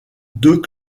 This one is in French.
deux